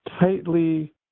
tightly